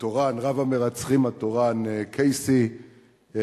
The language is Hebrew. רב-המרצחים התורן קייסי,